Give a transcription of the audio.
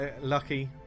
Lucky